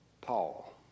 Paul